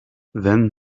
then